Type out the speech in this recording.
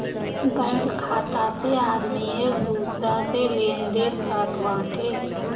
bank खाता से आदमी एक दूसरा से लेनदेन करत बाटे